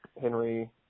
Henry